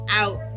out